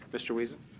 mr. wiesen?